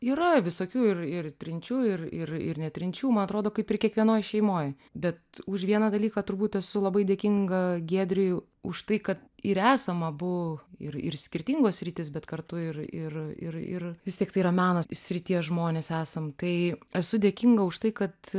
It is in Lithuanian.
yra visokių ir ir trinčių ir ir ir ne trinčių man atrodo kaip ir kiekvienoj šeimoj bet už vieną dalyką turbūt esu labai dėkinga giedriui už tai kad ir esam abu ir ir skirtingos sritys bet kartu ir ir ir ir vis tik tai yra meno srities žmonės esam tai esu dėkinga už tai kad